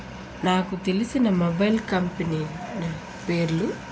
నాకు తెలిసిన mobile company పేర్లు